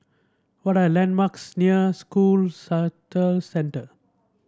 what are landmarks near School Centre